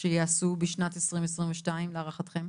שיעשו בשנת 2022 להערכתם?